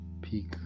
peak